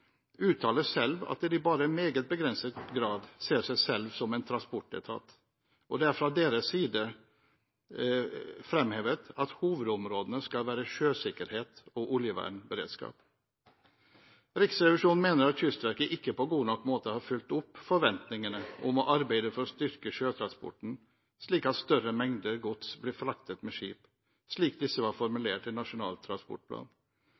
uttaler selv at de bare i meget begrenset grad ser på seg selv som en transportetat, og det er fra deres side fremhevet at hovedområdene skal være sjøsikkerhet og oljevernberedskap. Riksrevisjonen mener at Kystverket ikke på god nok måte har fulgt opp forventningene om å arbeide for å styrke sjøtransporten, slik at større mengder gods blir fraktet med skip, slik disse var formulert i Nasjonal transportplan.